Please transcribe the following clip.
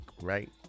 right